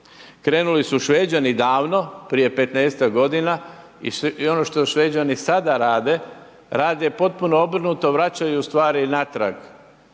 Krenuli su Šveđani davno, prije 15ak godina i ono što Šveđani sada rade, rade potpuno obrnuto, vraćaju stvari natrag